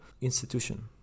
institution